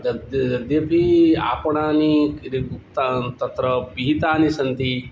तत् यद्यपि आपणानि रिक्तानि तत्र पिहितानि सन्ति